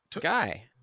Guy